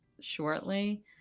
shortly